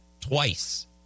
twice